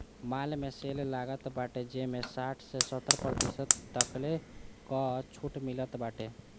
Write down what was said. माल में सेल लागल बाटे जेमें साठ से सत्तर प्रतिशत तकले कअ छुट मिलत बाटे